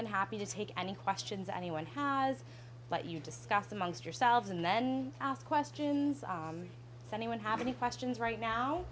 than happy to take any questions anyone has but you discuss amongst yourselves and then ask questions anyone have any questions right now